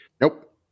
Nope